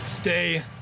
stay